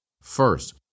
first